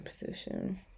position